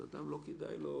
אז לאדם לא כדאי.